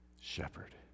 shepherd